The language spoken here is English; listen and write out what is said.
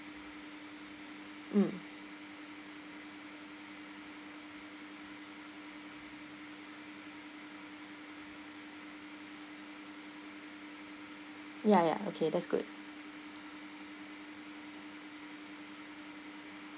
mm ya ya okay that's good